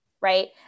Right